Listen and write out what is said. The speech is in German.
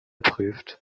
prüft